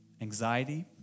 anxiety